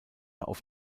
auf